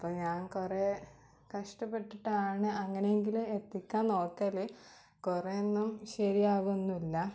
അപ്പം ഞാൻ കുറേ കഷ്ടപെട്ടിട്ടാണ് അങ്ങനെ എങ്കിൽ എത്തിക്കാൻ നോക്കൽ കുറേ ഒന്നും ശരിയാവുക ഒന്നുമില്ല